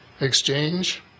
exchange